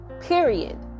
period